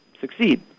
succeed